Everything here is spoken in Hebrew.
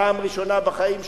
פעם ראשונה בחיים שלו,